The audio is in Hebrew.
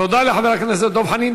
תודה לחבר הכנסת דב חנין.